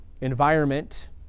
environment